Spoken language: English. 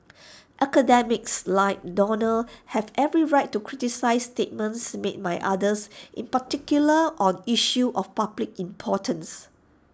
academics like Donald have every right to criticise statements made by others in particular on issues of public importance